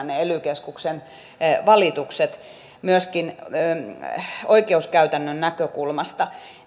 ne ely keskuksen valitukset ovat olleet aiheellisia myöskin oikeuskäytännön näkökulmasta